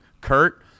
Kurt